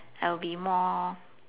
I will be more